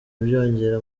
byongera